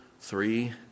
three